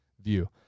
view